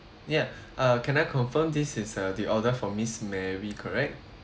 ya uh can I confirm this is uh the order for miss mary correct